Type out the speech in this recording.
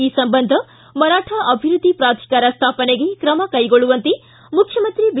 ಈ ಸಂದಂಧ ಮರಾಠ ಅಭಿವೃದ್ದಿ ಪ್ರಾಧಿಕಾರ ಸ್ವಾಪನೆಗೆ ತ್ರಮ ಕೈಗೊಳ್ಳುವಂತೆ ಮುಖ್ಯಮಂತ್ರಿ ಬಿ